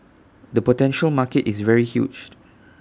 the potential market is very huge